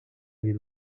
від